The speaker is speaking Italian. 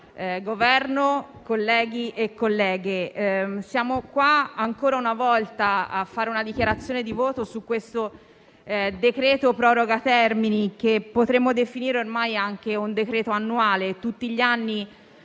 Governo, colleghi e colleghe, siamo qui ancora una volta a fare una dichiarazione di voto sul decreto-legge di proroga termini, che potremmo definire ormai un decreto annuale,